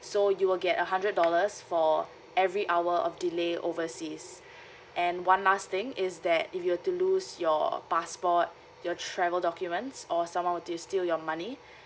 so you will get a hundred dollars for every hour of delay overseas and one last thing is that if you were to lose your passport your travel documents or someone were to steal your money